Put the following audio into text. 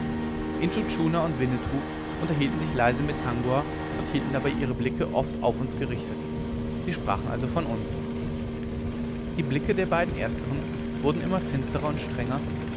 und winnetou unterhielten sich leise mit tangua und hielten dabei ihre augen oft auf uns gerichtet sie sprachen also von uns die blicke der beiden ersteren wurden immer finsterer und strenger